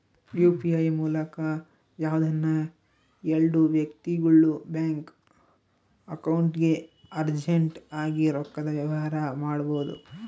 UPI ಮೂಲಕ ಯಾವ್ದನ ಎಲ್ಡು ವ್ಯಕ್ತಿಗುಳು ಬ್ಯಾಂಕ್ ಅಕೌಂಟ್ಗೆ ಅರ್ಜೆಂಟ್ ಆಗಿ ರೊಕ್ಕದ ವ್ಯವಹಾರ ಮಾಡ್ಬೋದು